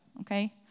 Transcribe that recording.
okay